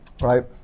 right